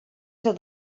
till